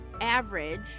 average